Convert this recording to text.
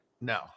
No